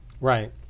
Right